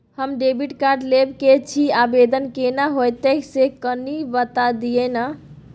हम debit card लेब के छि, आवेदन केना होतै से कनी बता दिय न?